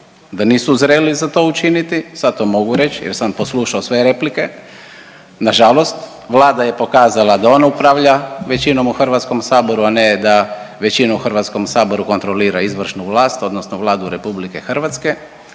da nisu zreli za to učiniti, sad to mogu reći jer sam poslušao sve replike. Na žalost Vlada je pokazala da ona upravlja većinom u Hrvatskom saboru, a ne da većina u Hrvatskom saboru kontrolira izvršnu vlast, odnosno Vladu Republike Hrvatske.